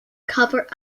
cover